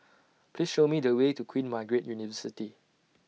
Please Show Me The Way to Queen Margaret University